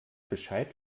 bescheid